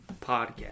podcast